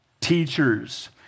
teachers